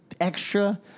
extra